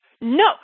no